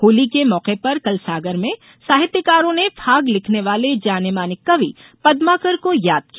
होली के मौके पर कल सागर में साहित्यकारों ने फाग लिखने वाले जाने माने कवि पद्माकर को याद किया